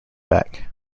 back